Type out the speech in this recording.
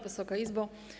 Wysoka Izbo!